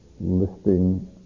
listing